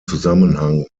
zusammenhang